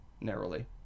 narrowly